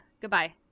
goodbye